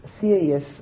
serious